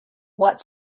what